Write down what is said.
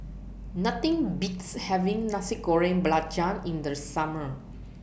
Nothing Beats having Nasi Goreng Belacan in The Summer